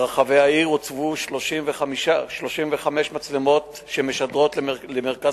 ברחבי העיר הוצבו 35 מצלמות שמשדרות למרכז